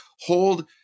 hold